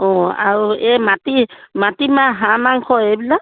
অঁ আৰু এই মাটি মাটি মাহ হাঁহ মাংস এইবিলাক